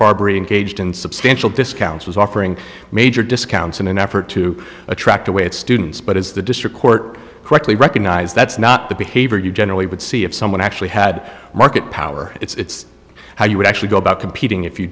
barbara engaged in substantial discounts was offering major discounts in an effort to attract away its students but as the district court correctly recognized that's not the behavior you generally would see if someone actually had market power it's how you would actually go about competing if you